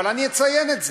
אבל אני אציין את זה.